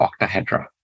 octahedra